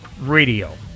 Radio